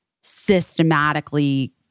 systematically